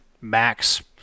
max